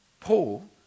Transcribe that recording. Paul